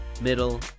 middle